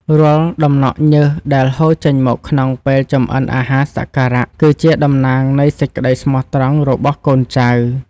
រាល់ដំណក់ញើសដែលហូរចេញមកក្នុងពេលចម្អិនអាហារសក្ការៈគឺជាតំណាងនៃសេចក្តីស្មោះត្រង់របស់កូនចៅ។